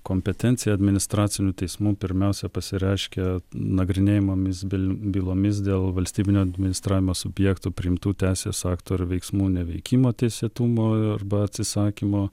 kompetencija administracinių teismų pirmiausia pasireiškia nagrinėjamomis bylomis dėl valstybinio administravimo subjektų priimtų teisės akto ir veiksmų neveikimo teisėtumo arba atsisakymo